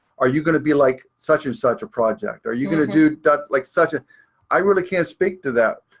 are you going to be like such a such a project? are you going to do that like such. ah i i really can't speak to that.